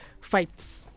fights